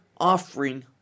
offering